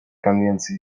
конвенции